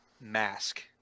mask